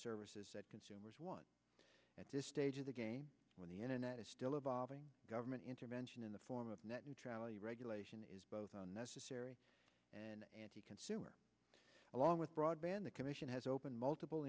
services that consumers want at this stage of the game when the internet is still evolving government intervention in the form of net neutrality regulation is both a necessary and anti consumer along with broadband the commission has opened multiple